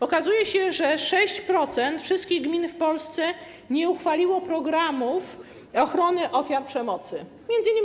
Okazuje się, że 6% wszystkich gmin w Polsce nie uchwaliło programów ochrony ofiar przemocy, m.in.